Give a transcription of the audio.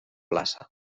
plaça